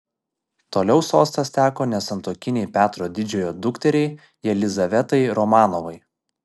toliau sostas teko nesantuokinei petro didžiojo dukteriai jelizavetai romanovai